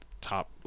top